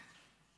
נתקבלה.